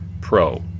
Pro